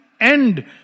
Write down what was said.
end